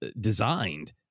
designed